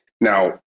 Now